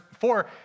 four